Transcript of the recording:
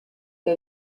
que